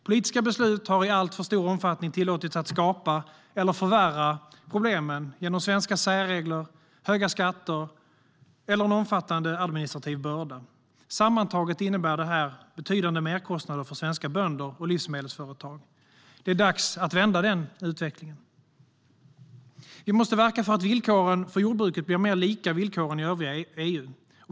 Politiska beslut har i alltför stor omfattning tillåtits att skapa eller förvärra problemen genom svenska särregler, höga skatter eller en omfattande administrativ börda. Sammantaget innebär detta betydande merkostnader för svenska bönder och livsmedelsföretag. Det är dags att vända den utvecklingen. Vi måste verka för att villkoren för jordbruket blir mer lika villkoren i övriga EU.